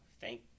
thank